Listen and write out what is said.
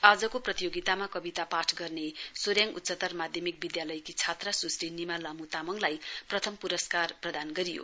आजको प्रतियोगितामा कविता पाठ गर्ने सोरेङ उच्चतर माध्यमिक विद्यालयकी छात्रा सुश्री निमा ल्हामु तामाङलाई प्रथम पुरस्कार प्रदान गरियो